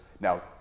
Now